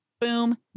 Boom